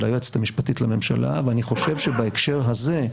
היועצת המשפטית לממשלה ואני חושב שבהקשר הזה,